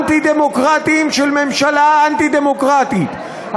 אנטי-דמוקרטיים של ממשלה אנטי-דמוקרטית.